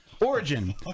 Origin